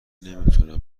نمیتونم